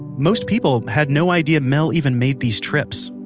most people had no idea mel even made these trips.